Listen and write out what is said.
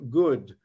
good